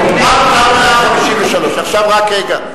זה עד 153. רק רגע.